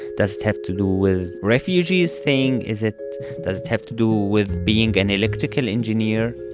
does it have to do with refugees thing? is it does it have to do with being an electrical engineer?